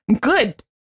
good